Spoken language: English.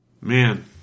Man